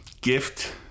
gift